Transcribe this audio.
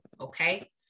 okay